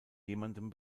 jemandem